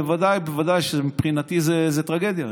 בוודאי ובוודאי שמבחינתי זאת טרגדיה,